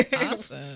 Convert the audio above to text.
Awesome